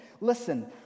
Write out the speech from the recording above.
Listen